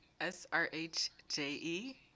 S-R-H-J-E